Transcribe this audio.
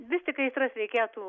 vis tik aistras reikėtų